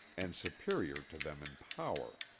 and superior to them in power.